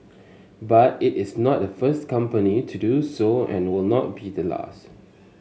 but it is not the first company to do so and were not be the last